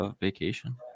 vacation